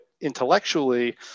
intellectually